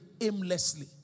aimlessly